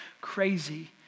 crazy